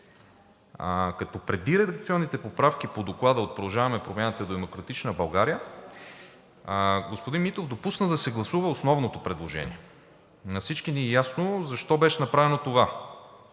като преди редакционните поправки по Доклада от „Продължаваме Промяната“ и „Демократична България“ господин Митов допусна да се гласува основното предложение. На всички ни е ясно защо беше направено това,